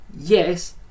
yes